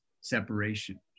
separation